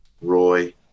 Roy